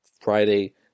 Friday